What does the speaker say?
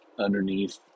underneath